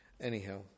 anyhow